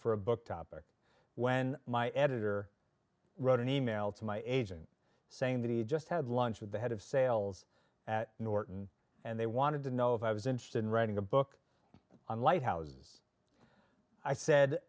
for a book topic when my editor wrote an email to my agent saying that he just had lunch with the head of sales at norton and they wanted to know if i was interested in writing a book on lighthouses i said